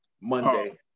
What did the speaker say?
Monday